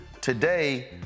today